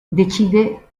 decide